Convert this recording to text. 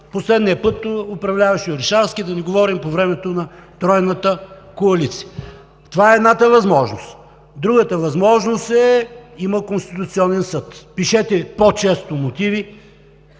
последния път, когато управляваше Орешарски, а да не говорим по времето на Тройната коалиция. Това е едната възможност. Другата възможност е, че има Конституционен съд. Пишете по често мотиви,